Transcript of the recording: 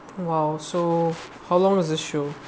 !wow! so how long is it show